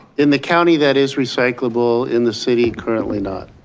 in the county that is recyclable. in the city, currently not.